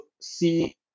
see